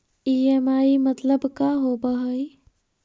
EMI मतलब का होब हइ?